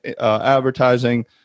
advertising